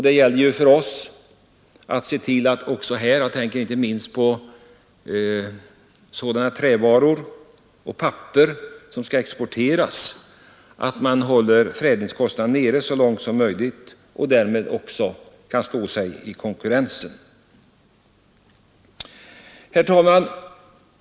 Det gäller ju för oss att se till att förädlingskostnaderna hålls nere så långt som möjligt — jag tänker närmast på trävaror och papper som skall exporteras — för att vårt näringsliv skall stå sig i konkurrensen. Herr talman!